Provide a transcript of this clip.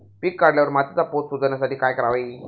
पीक काढल्यावर मातीचा पोत सुधारण्यासाठी काय करावे?